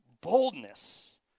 boldness